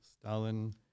Stalin